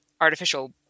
artificial